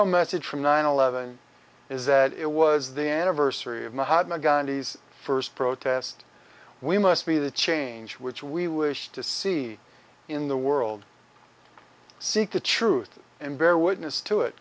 a message from nine eleven is that it was the anniversary of mahatma gandhi's first protest we must be the change which we wish to see in the world seek the truth and bear witness to it